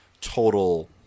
total